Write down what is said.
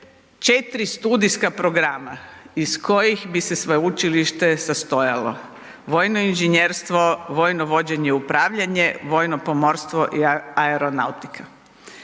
se 4 studijska programa iz kojih bi se sveučilište sastojalo. Vojno inženjerstvo, vojno vođenje i upravljanje, vojno pomorstvo i aeronautika.